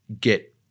get